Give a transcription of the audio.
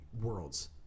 worlds